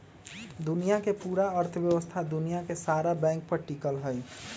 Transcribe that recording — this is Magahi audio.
दुनिया के पूरा अर्थव्यवस्था दुनिया के सारा बैंके पर टिकल हई